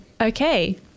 Okay